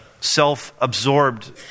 Self-absorbed